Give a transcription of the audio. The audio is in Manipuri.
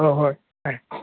ꯍꯣꯏ ꯍꯣꯏ